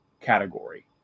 category